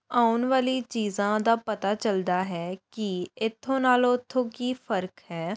ਆਉਣ ਵਾਲੀ ਚੀਜ਼ਾਂ ਦਾ ਪਤਾ ਚਲਦਾ ਹੈ ਕਿ ਇੱਥੋਂ ਨਾਲੋਂ ਉੱਥੋਂ ਕੀ ਫਰਕ ਹੈ